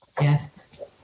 Yes